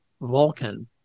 Vulcan